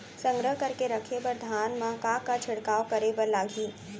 संग्रह करके रखे बर धान मा का का छिड़काव करे बर लागही?